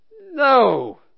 No